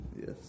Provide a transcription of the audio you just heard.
Yes